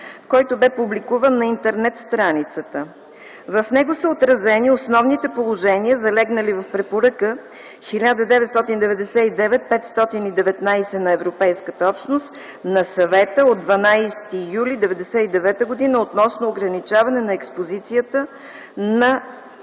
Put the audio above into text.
който бе публикуван на интернет страницата. В него са отразени основните положения, залегнали в Препоръка 1999/519 на Европейската общност, на Съвета от 12 юли 1999 г. относно ограничаване на експозицията на